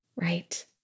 Right